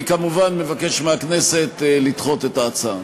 אני, כמובן, מבקש מהכנסת לדחות את ההצעה.